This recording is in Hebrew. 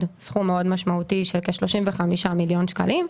סכום מאוד משמעותי של כ-35 מיליון שקלים.